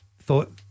thought